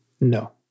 No